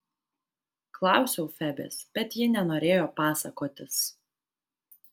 klausiau febės bet ji nenorėjo pasakotis